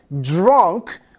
drunk